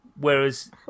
Whereas